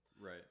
Right